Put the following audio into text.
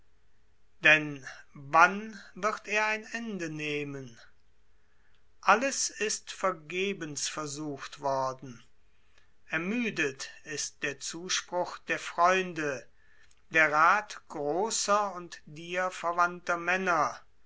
denn wann wird er ein ende nehmen alles ist vergebens versucht worden ermüdet ist der zuspruch der freunde der rath großer und dir verwandter männer